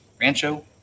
Rancho